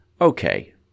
okay